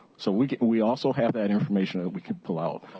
so we we also have that information we could pull out.